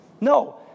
No